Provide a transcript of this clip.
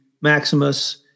Maximus